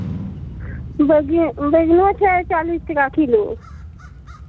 बैगे बैगनो छै चालीस टाका किलो